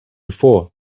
before